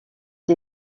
des